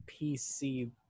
PC